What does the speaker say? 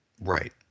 Right